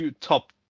top